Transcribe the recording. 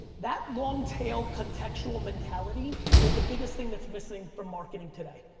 that long tail contextual mentality is the biggest thing that's missing from marketing today.